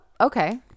okay